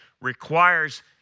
requires